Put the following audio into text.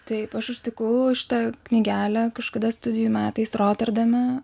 taip aš užtikau šitą knygelę kažkada studijų metais roterdame